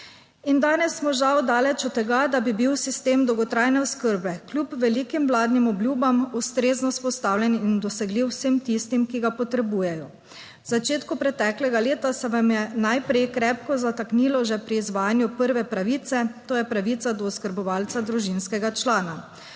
In danes smo žal daleč od tega, da bi bil sistem dolgotrajne oskrbe kljub velikim vladnim obljubam ustrezno vzpostavljen in dosegljiv vsem tistim, ki ga potrebujejo. V začetku preteklega leta se vam je najprej krepko zataknilo že pri izvajanju prve pravice, to je pravica do oskrbovalca družinskega člana.